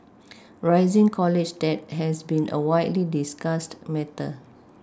rising college debt has been a widely discussed matter